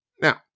now